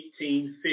1850